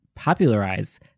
popularize